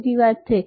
બીજી વાત છે